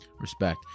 Respect